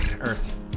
Earth